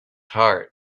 heart